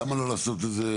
למה לא לעשות את זה